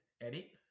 edit